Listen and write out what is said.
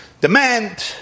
demand